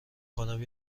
کنم